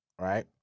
Right